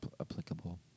applicable